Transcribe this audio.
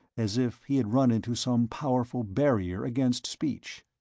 as if he had run into some powerful barrier against speech.